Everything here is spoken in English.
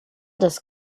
just